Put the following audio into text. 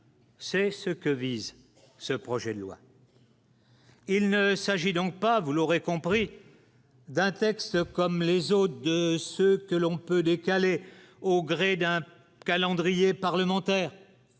c'est ce que vise ce projet de loi. Il ne s'agit donc pas, vous l'aurez compris. D'un texte comme les autres, de ce que l'on peut décaler au gré d'un calendrier parlementaire,